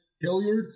Hilliard